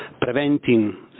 preventing